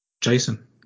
Jason